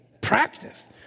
practice